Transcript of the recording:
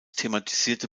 thematisierte